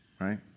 Right